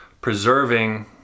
preserving